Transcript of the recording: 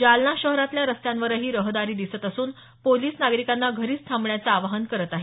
जालना शहरातल्या रस्त्यांवरही रहदारी दिसत असून पोलिस नागरिकांना घरीच थांबण्याचं आवाहन करत आहेत